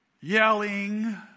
yelling